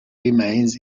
remains